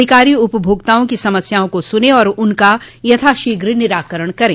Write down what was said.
अधिकारी उपभोक्ताओं की समस्याओं को सुने और उनका यथाशीघ्र निराकरण करे